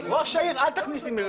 ראש העיר, אל תכניס לי מילים לפה.